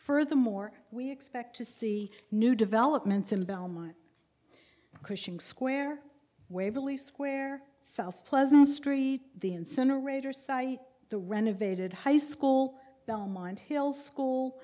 furthermore we expect to see new developments in belmont christian square where billy square south pleasant street the incinerator site the renovated high school belmont hill school